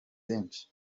benshi